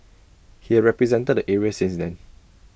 he had represented the area since then